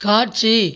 காட்சி